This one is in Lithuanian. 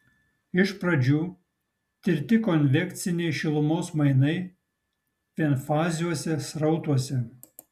iš pradžių tirti konvekciniai šilumos mainai vienfaziuose srautuose